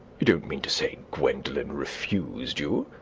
you don't mean to say gwendolen refused you?